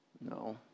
No